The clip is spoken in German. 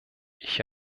ich